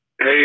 Hey